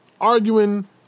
arguing